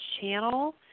channel